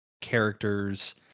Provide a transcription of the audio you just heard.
characters